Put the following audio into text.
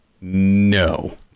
no